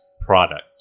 product